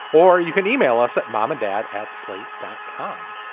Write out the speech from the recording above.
or you can email us at mom and dad at slate dot com